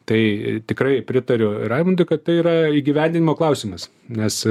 tai tikrai pritariu raimundui kad tai yra įgyvendinimo klausimas nes